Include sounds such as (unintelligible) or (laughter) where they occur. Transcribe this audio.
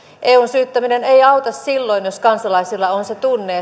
eun syyttäminen ei auta silloin jos kansalaisilla on tunne (unintelligible)